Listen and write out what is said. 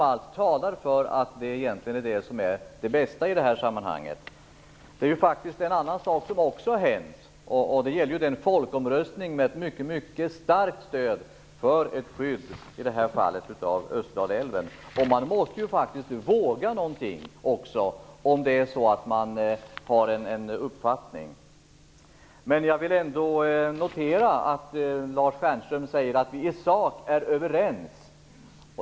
Allt talar ju för att det egentligen är det bästa i det här sammanhanget. Det har faktiskt hänt en annan sak också. Det har varit en folkomröstning som har visat på ett mycket starkt stöd för ett skydd av Österdalälven. Man måste faktiskt våga någonting om man har en bestämd uppfattning. Jag noterar att Lars Stjernkvist säger att vi i sak är överens.